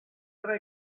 tra